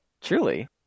truly